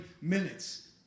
minutes